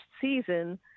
season